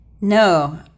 No